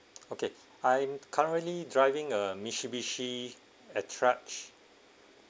okay I'm currently driving a Mitsubishi attrage